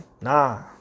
Nah